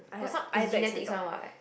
for some it's genetic one while like